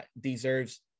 deserves